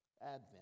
Advent